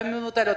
והן מבוטלות,